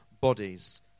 bodies